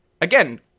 again